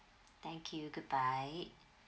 thank you good bye